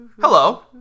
Hello